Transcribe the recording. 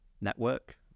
network